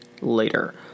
later